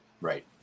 Right